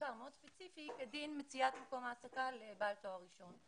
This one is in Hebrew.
מחקר מאוד ספציפי כדין מציאת מקום העסקה לבעל תואר ראשון,